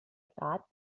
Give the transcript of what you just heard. grad